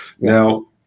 Now